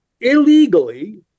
illegally